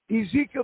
Ezekiel